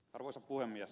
arvoisa puhemies